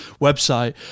website